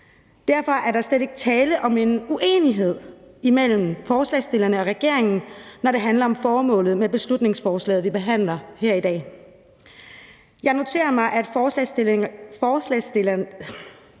Derfor er der slet ikke tale om en uenighed imellem forslagsstillerne og regeringen, når det handler om formålet med beslutningsforslaget, vi behandler her i dag. Jeg noterer mig, at forslagsstillerne